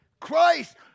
Christ